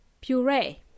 puree